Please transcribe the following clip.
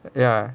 ya